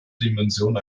dimension